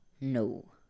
No